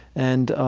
and